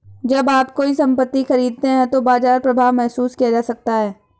जब आप कोई संपत्ति खरीदते हैं तो बाजार प्रभाव महसूस किया जा सकता है